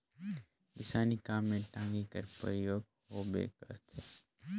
किसानी काम मे टागी कर परियोग होबे करथे